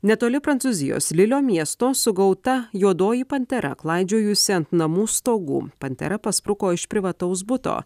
netoli prancūzijos lilio miesto sugauta juodoji pantera klaidžiojusi ant namų stogų pantera paspruko iš privataus buto